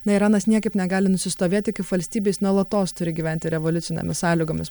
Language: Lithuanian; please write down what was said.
na iranas niekaip negali nusistovėti kaip valstybė jis nuolatos turi gyventi revoliucinėmis sąlygomis